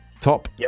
Top